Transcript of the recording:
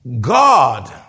God